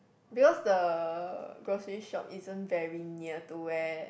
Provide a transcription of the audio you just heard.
because the grocery shop isn't very near to where